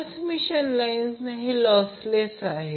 transmission line हे lossless आहेत